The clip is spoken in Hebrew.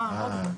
אוקיי.